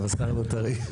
ה-וס"ר לא טרי.